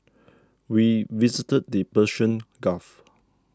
we visited the Persian Gulf